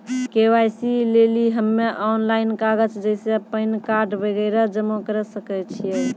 KYC लेली हम्मय online कागज जैसे पैन कार्ड वगैरह जमा करें सके छियै?